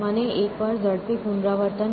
મને એક વાર ઝડપી પુનરાવર્તન કરવા દો